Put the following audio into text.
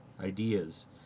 ideas